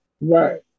Right